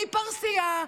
אני פרסייה,